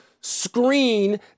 screen